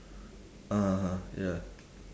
(uh huh) ya